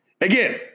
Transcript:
again